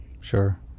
Sure